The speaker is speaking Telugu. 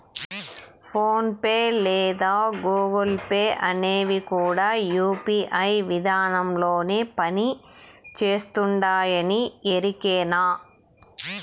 ఫోన్ పే లేదా గూగుల్ పే అనేవి కూడా యూ.పీ.ఐ విదానంలోనే పని చేస్తుండాయని ఎరికేనా